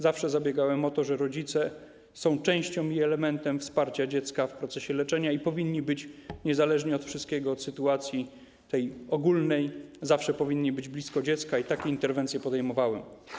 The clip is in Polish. Zawsze zabiegałem o to, że rodzice są częścią i elementem wsparcia dziecka w procesie leczenia i niezależnie od wszystkiego, od sytuacji ogólnej zawsze powinni być blisko dziecka, i takie interwencje podejmowałem.